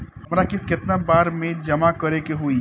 हमरा किस्त केतना बार में जमा करे के होई?